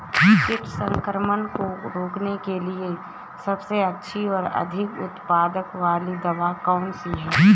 कीट संक्रमण को रोकने के लिए सबसे अच्छी और अधिक उत्पाद वाली दवा कौन सी है?